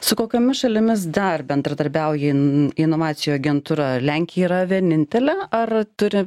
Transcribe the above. su kokiomis šalimis dar bendradarbiauja in inovacijų agentūra lenkija yra vienintelė ar turi